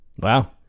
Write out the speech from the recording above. Wow